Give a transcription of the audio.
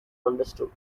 understood